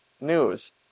news